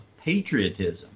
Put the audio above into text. patriotism